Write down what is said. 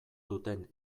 duten